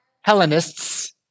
Hellenists